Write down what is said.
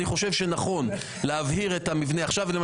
אני חושב שנכון להבהיר את המבנה.